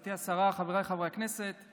גברתי השרה, חבריי חברי הכנסת,